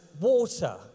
water